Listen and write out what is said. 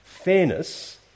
Fairness